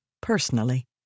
personally